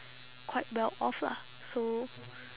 quite well off lah so